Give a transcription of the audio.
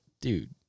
dude